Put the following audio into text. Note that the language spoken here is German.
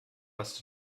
was